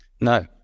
No